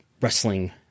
wrestling